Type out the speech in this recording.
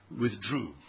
withdrew